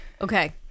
Okay